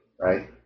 right